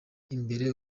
imbere